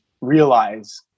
realize